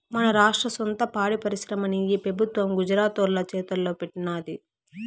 మన రాష్ట్ర సొంత పాడి పరిశ్రమని ఈ పెబుత్వం గుజరాతోల్ల చేతల్లో పెట్టినాది